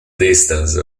distance